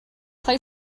play